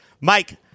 Mike